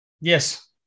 Yes